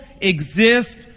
exist